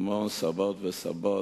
סבים וסבות,